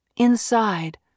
Inside